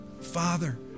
Father